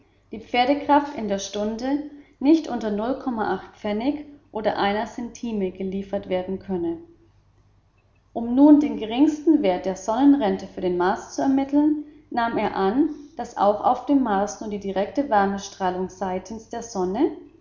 die pferdekraft in der stunde nicht unter neu oder einer stime geliefert werden könne um nun den geringsten wert der sonnenrente für den mars zu ermitteln nahm er an daß auch auf dem mars nur die direkte wärmestrahlung seitens der sonne